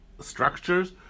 structures